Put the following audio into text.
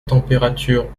température